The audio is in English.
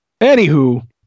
Anywho